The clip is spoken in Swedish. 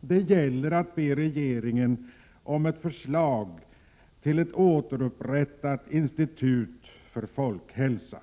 Den gäller att be regeringen om ett förslag till ett återupprättat institut för folkhälsa.